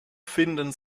finden